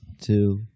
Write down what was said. Two